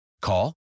Call